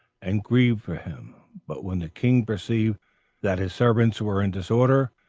and grieved for him but when the king perceived that his servants were in disorder,